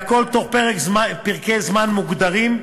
והכול בתוך פרקי זמן מוגדרים,